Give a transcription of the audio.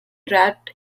wrapped